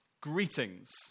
Greetings